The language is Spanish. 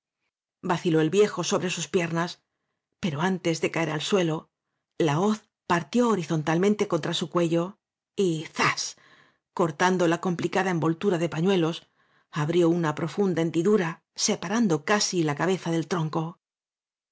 vaciló el viejo sobre sus piernas pero antes ele caer al suelo la hoz partió horizontalmente contra su cuello y zas cortando la complicada envoltura de pañuelos abrió una profunda hendidura separando casi la cabeza del tronco